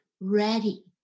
ready